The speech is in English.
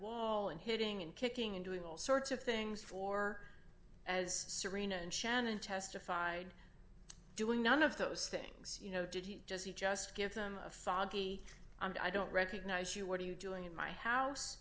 wall and hitting and kicking and doing all sorts of things for as serina and shannon testified doing none of those things you know did he just he just give them a foggy and i don't recognize you what are you doing in my house